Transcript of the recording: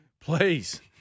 Please